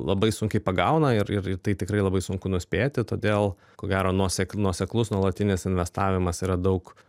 labai sunkiai pagauna ir ir tai tikrai labai sunku nuspėti todėl ko gero nuosek nuoseklus nuolatinis investavimas yra daug